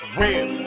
real